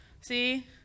See